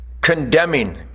condemning